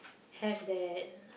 have that